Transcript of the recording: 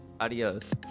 Adios